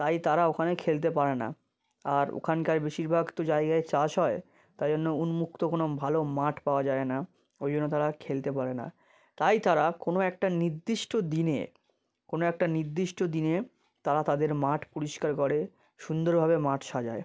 তাই তারা ওখানে খেলতে পারে না আর ওখানকার বেশিরভাগ তো জায়গায় চাষ হয় তাই জন্য উন্মুক্ত কোনো ভালো মাঠ পাওয়া যায় না ওই জন্য তারা খেলতে পারে না তাই তারা কোনো একটা নির্দিষ্ট দিনে কোনো একটা নির্দিষ্ট দিনে তারা তাদের মাঠ পরিষ্কার করে সুন্দরভাবে মাঠ সাজায়